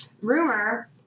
Rumor